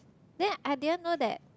then I didn't know that